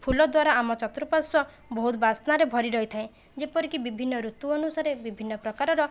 ଫୁଲ ଦ୍ୱାରା ଆମ ଚତୁର୍ପାଶ୍ୱ ବହୁତ ବାସ୍ନାରେ ଭରି ରହିଥାଏ ଯେପରିକି ବିଭିନ୍ନ ଋତୁ ଅନୁସାରେ ବିଭିନ୍ନ ପ୍ରକାରର